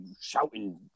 shouting